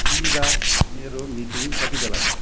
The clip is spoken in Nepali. बिहिबार मेरो मिटिङ कति बेला छ